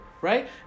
Right